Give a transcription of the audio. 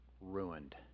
ruined